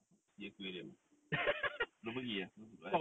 apa sea aquarium uh belum pergi uh